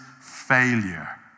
failure